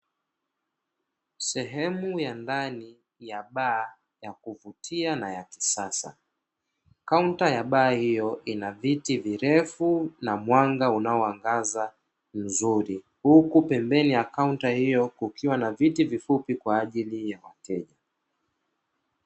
Sehemu ya ndani ya baa ya kuvutia na ya kisasa, kaunta ya baa hiyo ina viti virefu na mwanga unaoangaza vizuri, huku pembeni ya kaunta hiyo kukiwa na viti vifupi kwa ajili ya wateja.